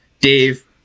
Dave